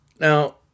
Now